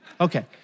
okay